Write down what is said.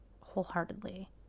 wholeheartedly